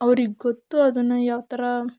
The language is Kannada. ಅವ್ರಿಗ್ಗೊತ್ತು ಅದನ್ನು ಯಾವ ಥರ